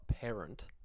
parent